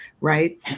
right